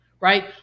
right